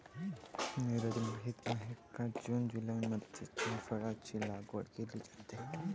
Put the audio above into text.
नीरज माहित आहे का जून जुलैमध्ये जायफळाची लागवड केली जाते